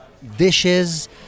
dishes